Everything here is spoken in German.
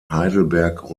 heidelberg